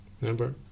Remember